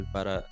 Para